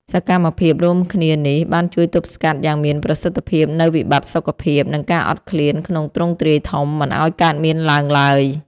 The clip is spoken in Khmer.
សកម្មភាពរួមគ្នានេះ បានជួយទប់ស្កាត់យ៉ាងមានប្រសិទ្ធភាពនូវវិបត្តិសុខភាព និងការអត់ឃ្លានក្នុងទ្រង់ទ្រាយធំ មិនឱ្យកើតមានឡើងឡើយ។